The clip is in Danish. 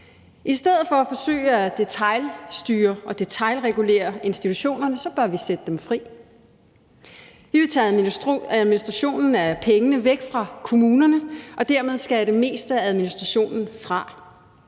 I stedet for at forsøge at detailstyre og detailregulere institutionerne bør vi sætte dem fri. Vi vil tage administrationen af pengene væk fra kommunerne og dermed skære det meste af administrationen fra.